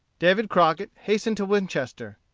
david crockett hastened to winchester.